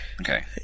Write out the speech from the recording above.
Okay